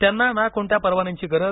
त्या ना कोणत्या परवान्यांची गरज